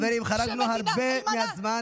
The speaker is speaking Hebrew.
חברים, חרגנו הרבה מהזמן.